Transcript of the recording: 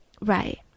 right